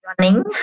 running